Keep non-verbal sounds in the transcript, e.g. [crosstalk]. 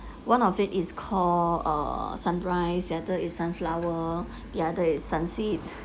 one of it is call uh sunrise the other is sunflower [breath] the other is sunset